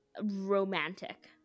Romantic